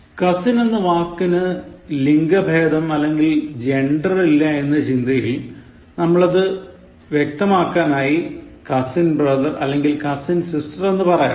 cousin എന്ന വാക്കിനു ലിംഗഭേദം അല്ലെങ്കിൽ ജൻഡർ ഇല്ല എന്ന ചിന്തയിൽ നമ്മൾ അത് വ്യക്തമാക്കാനായി Cousin brothercousin sister എന്ന് പറയാറുണ്ട്